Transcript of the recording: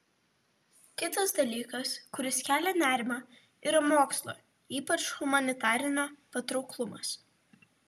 kitas dalykas kuris kelia nerimą yra mokslo ypač humanitarinio patrauklumas